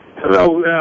Hello